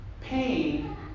pain